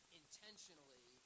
intentionally